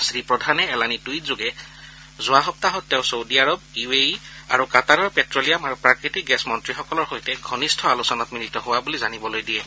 শ্ৰীপ্ৰধানে এলানি টুইটযোগে যোৱা সপ্তাহত তেওঁ ছৌদি আৰৱ ইউএই আৰু কাৰ্টাৰৰ প্টেলিয়াম আৰু প্ৰাকৃতিক গেছ মন্ত্ৰীসকলৰ সৈতে ঘনিষ্ঠ আলোচনাত মিলিত হোৱা বুলি জানিবলৈ দিছে